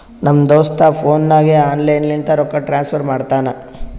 ನಮ್ ದೋಸ್ತ ಫೋನ್ ನಾಗೆ ಆನ್ಲೈನ್ ಲಿಂತ ರೊಕ್ಕಾ ಟ್ರಾನ್ಸಫರ್ ಮಾಡ್ತಾನ